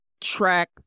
track